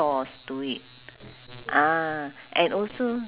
ah so the hawker centre is very spacious